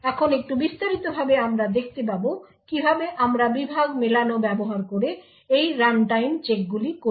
এখন একটু বিস্তারিতভাবে আমরা দেখতে পাব কিভাবে আমরা বিভাগ মেলানো ব্যবহার করে এই রানটাইম চেকগুলি করি